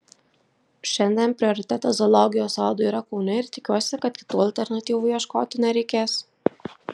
šiandien prioritetas zoologijos sodui yra kaune ir tikiuosi kad kitų alternatyvų ieškoti nereikės